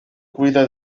cuida